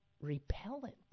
repellent